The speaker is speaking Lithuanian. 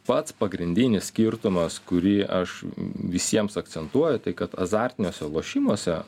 pats pagrindinis skirtumas kurį aš visiems akcentuoju tai kad azartiniuose lošimuose